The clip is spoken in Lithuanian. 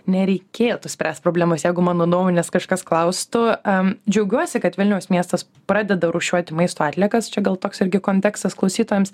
nereikėtų spręst problemas jeigu mano nuomonės kažkas klaustų am džiaugiuosi kad vilniaus miestas pradeda rūšiuoti maisto atliekas čia gal toks irgi kontekstas klausytojams